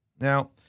Now